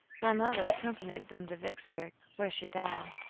my mother accompanied them to vicksburg, where she died.